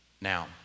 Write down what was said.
Now